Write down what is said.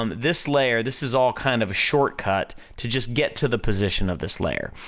um this layer, this is all kind of a shortcut to just get to the position of this layer.